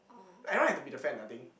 everyone had to be the fan I think